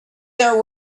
there